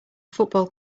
football